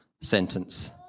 sentence